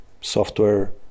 software